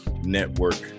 network